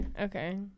okay